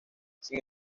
sin